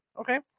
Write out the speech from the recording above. Okay